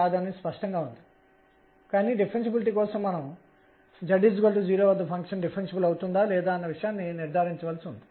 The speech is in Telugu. కాబట్టి వీటిని ప్రతిక్షేపించి దానిని గణిస్తే అప్పుడు కోణీయ ద్రవ్యవేగం సదిశవెక్టార్ L అనేది mr2 xsinϕycos mr2sinθ గా వస్తుంది